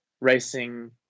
racing